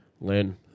Lynn